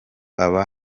aba